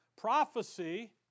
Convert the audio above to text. Prophecy